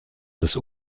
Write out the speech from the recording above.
das